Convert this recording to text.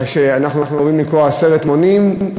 מה שאנחנו אומרים עשרת מונים.